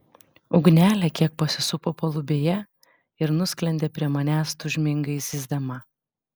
ugnelė kiek pasisupo palubėje ir nusklendė prie manęs tūžmingai zyzdama